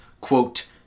quote